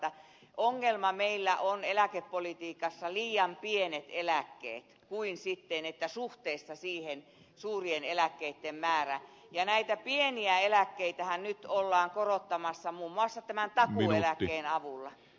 suurempana ongelmana meillä ovat eläkepolitiikassa liian pienet eläkkeet kuin suurien eläkkeitten määrä suhteessa niihin ja näitä pieniä eläkkeitähän nyt ollaan korottamassa muun muassa tämän takuueläkkeen avulla